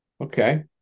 Okay